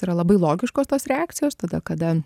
yra labai logiškos tos reakcijos tada kada